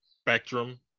spectrum